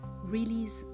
release